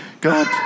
God